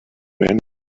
man